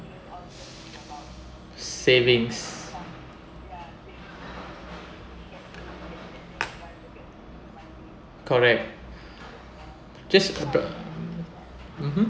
savings correct just about mmhmm